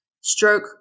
stroke